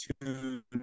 tune